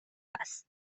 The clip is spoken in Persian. است